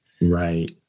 Right